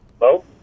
Hello